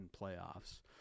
playoffs